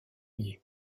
ier